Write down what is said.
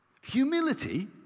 Humility